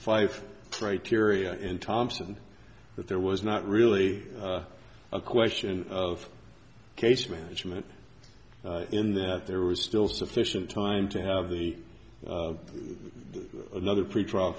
five criteria and thompson that there was not really a question of case management in that there was still sufficient time to have the another pretrial